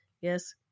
Yes